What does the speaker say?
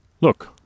look